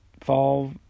fall